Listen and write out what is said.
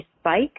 spike